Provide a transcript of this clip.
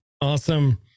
Awesome